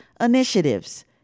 initiatives